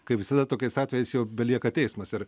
kaip visada tokiais atvejais jau belieka teismas ir